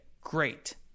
great